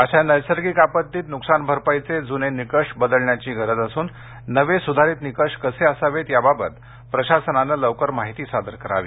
अशा नैसर्गिक आपत्तीत नुकसान भरपाईचे जूने निकष बदलण्याची गरज असून नवे सुधारित निकष कसे असावेत त्याबाबत प्रशासनाने लवकर माहिती सादर करावी